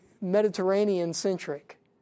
Mediterranean-centric